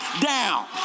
down